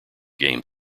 game